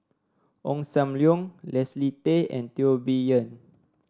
Ong Sam Leong Leslie Tay and Teo Bee Yen